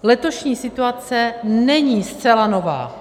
Letošní situace není zcela nová.